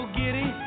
giddy